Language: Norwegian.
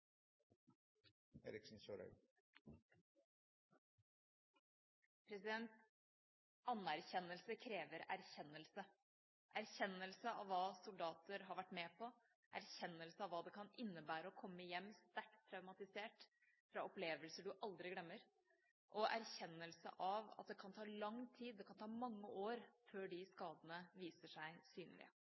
Anerkjennelse krever erkjennelse – erkjennelse av hva soldater har vært med på, erkjennelse av hva det kan innebære å komme hjem, sterkt traumatisert, fra opplevelser du aldri glemmer, og erkjennelsen av at det kan ta lang tid, det kan ta mange år, før de skadene viser seg synlige.